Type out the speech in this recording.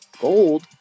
gold